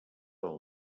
del